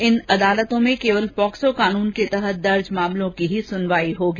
इन अदालतों में सिर्फ पोक्सो कानून के तहत दर्ज मामलों की ही सुनवाई होगी